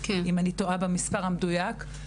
אם אני טועה במספר המדויק,